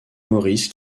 maurice